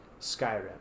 Skyrim